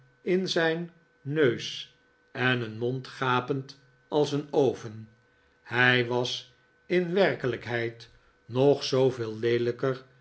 in zijn neus en een mond gapend als een oven david copperfield hij was in werkelijkheid nog zooveel leelijker